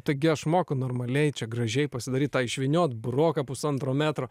taigi aš moku normaliai čia gražiai pasidaryt tą išvyniot buroką pusantro metro